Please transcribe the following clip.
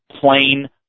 plain